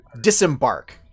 disembark